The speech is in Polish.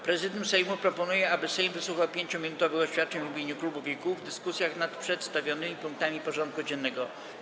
Prezydium Sejmu proponuje, aby Sejm wysłuchał 5-minutowych oświadczeń w imieniu klubów i kół w dyskusjach nad przedstawionymi punktami porządku dziennego.